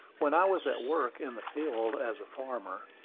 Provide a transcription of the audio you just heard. when i was at work in the field as a farmer,